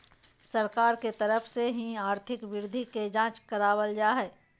सरकार के तरफ से ही आर्थिक वृद्धि के जांच करावल जा हय